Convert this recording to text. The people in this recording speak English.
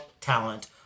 talent